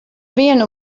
vienu